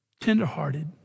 tenderhearted